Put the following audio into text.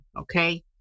okay